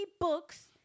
books